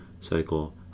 cycle